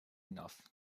enough